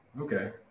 Okay